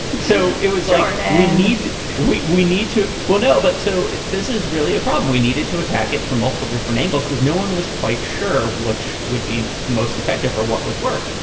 so it was hard and need we we need to. well, no, but. so this is really a problem. we needed to attack it from multiple different angles because no one was quite sure which would be most effective for what would work.